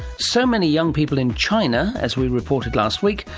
so many young people in china, as we reported last week,